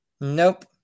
Nope